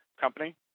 company